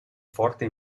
forte